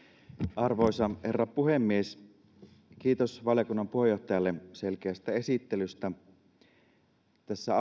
arvoisa herra puhemies kiitos valiokunnan puheenjohtajalle selkeästä esittelystä tässä